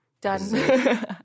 done